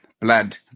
blood